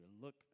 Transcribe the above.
Look